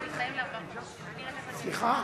סליחה?